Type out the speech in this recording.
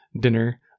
dinner